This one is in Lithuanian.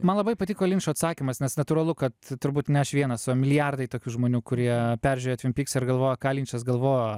man labai patiko linčo atsakymas nes natūralu kad turbūt ne aš vienas o milijardai tokių žmonių kurie peržiūrėjo tvin pyksą ir galvojo ką linčas galvojo